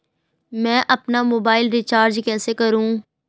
मैं अपना mobile recharge कैसे करूँ?